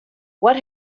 what